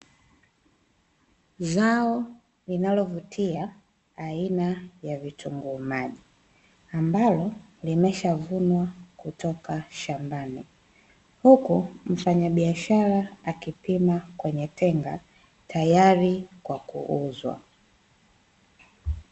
Zao linalovutia aina ya vitunguu maji, ambalo limeshavunwa kutoka shambani, huku mfanyabiashara akipima kwenye tenga tayari kwa kuuzwa.